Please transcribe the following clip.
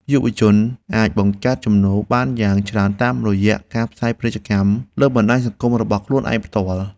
យុវជនអាចបង្កើតចំណូលបានយ៉ាងច្រើនតាមរយៈការផ្សាយពាណិជ្ជកម្មលើបណ្តាញសង្គមរបស់ខ្លួនឯងផ្ទាល់។